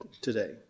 today